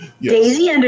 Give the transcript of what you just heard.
Daisy